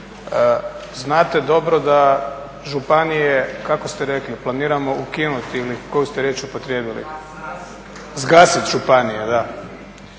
Znate dobro da županije, kako ste rekli planiramo ukinuti, ili koju ste riječ upotrijebili? …/Upadica